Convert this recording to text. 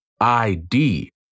id